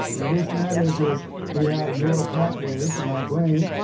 and the reason that is is we have neural pathways in our brain,